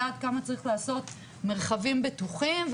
ועד כמה צריך לעשות מרחבים בטוחים,